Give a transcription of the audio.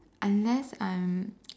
unless I'm